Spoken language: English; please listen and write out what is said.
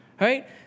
right